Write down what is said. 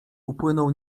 upłynął